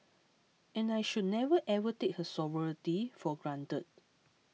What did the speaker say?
and I should never ever take her sovereignty for granted